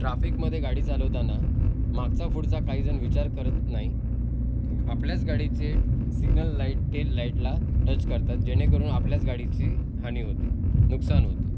ट्राफिकमध्ये गाडी चालवताना मागचापुढचा काहीजण विचार करत नाही आपल्याच गाडीचे सिग्नल लाइट टेल लाइटला टच करतात जेणेकरून आपल्याच गाडीची हानी होते नुकसान होतं